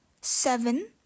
Seven